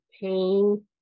pain